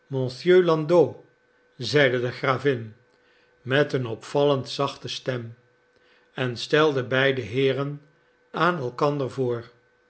zeide de gravin met een opvallend zachte stom en stelde beide heeren aan elkander voor